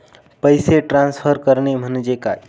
पैसे ट्रान्सफर करणे म्हणजे काय?